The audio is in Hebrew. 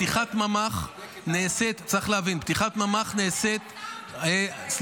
פתיחת ממ"ח נעשית ------ צריך להבין,